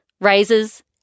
raises